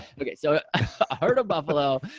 okay, so a herd of buffalo.